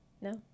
No